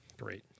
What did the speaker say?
Great